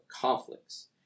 conflicts